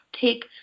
take